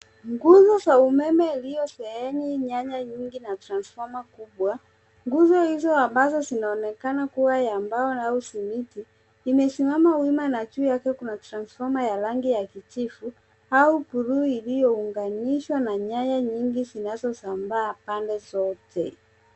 Nguvu za umeme iliyosheheni nyaya nyingi na transfoma kubwa. Nguzo hizo ambazo zinaonekana kuwa ya mbao au simiti imesimama wima na juu yake kuna transfoma ya rangi ya kijivu au buluu iliyounganishwa na nyaya nyingi zinazosambaa pande zote.